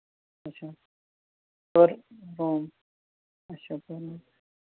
اچھا اور اچھا